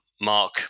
Mark